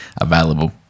available